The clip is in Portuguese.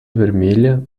vermelha